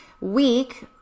week